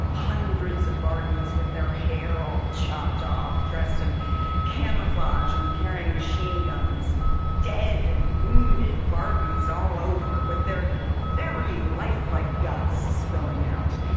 hundreds of barbies with their hair all chopped off, dressed in camouflage and carrying machine guns dead and wounded barbies all over, with their very lifelike guts spilling out.